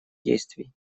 действий